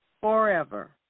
forever